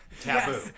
Taboo